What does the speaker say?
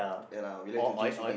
ya lah we like to drink sweet thing